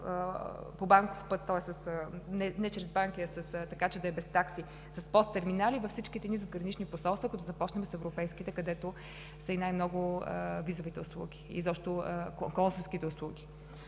по банков път, тоест не чрез банки, а така, че да е без такси, с ПОС терминали във всичките ни задгранични посолства, като започнем с европейските, където са и най-много визовите услуги, изобщо консулските услуги.